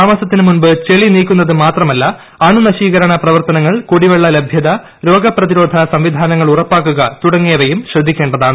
താമസത്തിനു മുൻപ് ചെളി നീക്കു ന്നത് മാത്രമല്ല അണുനശീകരണ പ്രവർത്തനങ്ങൾ കൂടിവെള്ള ലഭ്യത രോഗപ്രതിരോധ സംവിധാനങ്ങൾ ഉറപ്പാക്കുക തുടങ്ങിയവയും ശ്രദ്ധിക്കേ ണ്ടതാണ്